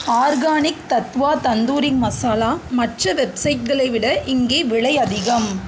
organic Tattva tandoori masala மற்ற வெப்சைட்களை விட இங்கே விலை அதிகம்